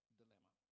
dilemma